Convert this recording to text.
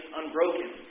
unbroken